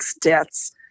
deaths